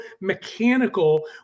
mechanical